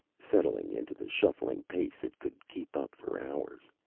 settling into the shuffling pace it could keep up for hours.